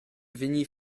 vegnir